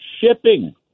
shipping